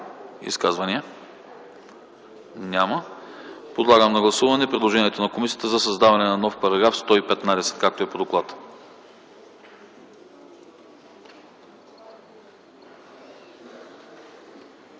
Изказвания? Няма. Подлагам на гласуване предложението на комисията за създаване на нов § 115, както е по доклад.